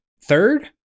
third